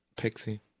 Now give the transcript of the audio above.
Pixie